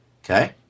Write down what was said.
Okay